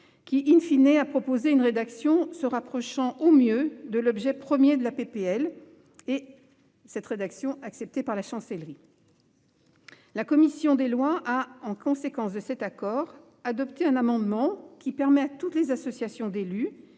qui ont proposé une rédaction se rapprochant au mieux de l'objet premier de la proposition de loi et acceptée par la Chancellerie. La commission des lois a, en conséquence de cet accord, adopté un amendement qui vise à permettre à toutes les associations d'élus